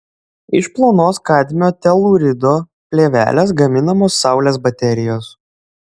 iš plonos kadmio telūrido plėvelės gaminamos saulės baterijos